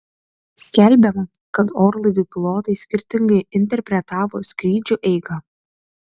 skelbiama kad orlaivių pilotai skirtingai interpretavo skrydžio eigą